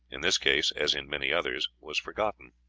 in this case as in many others, was forgotten.